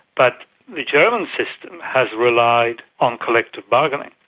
but the german system has relied on collective bargaining,